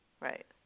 Right